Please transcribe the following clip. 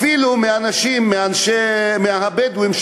אפילו מהבדואים,